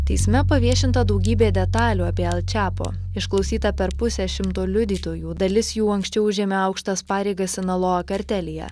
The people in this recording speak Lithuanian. teisme paviešinta daugybė detalių apie el čiapo išklausyta per pusę šimto liudytojų dalis jų anksčiau užėmė aukštas pareigas sinaloa kartelyje